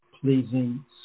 pleasing